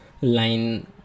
line